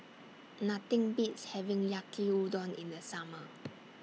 Nothing Beats having Yaki Udon in The Summer